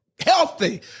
healthy